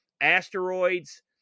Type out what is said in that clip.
Asteroids